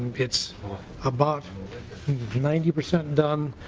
it's about ninety percent done.